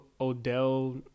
Odell